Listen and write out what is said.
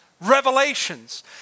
revelations